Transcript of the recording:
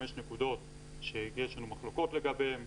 5 נקודות שיש לנו מחלוקות לגביהן,